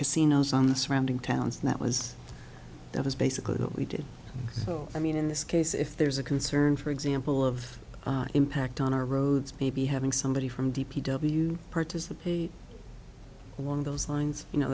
casinos on the surrounding towns and that was that was basically what we did i mean in this case if there's a concern for example of impact on our roads maybe having somebody from d p w participate one of those lines you know